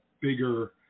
bigger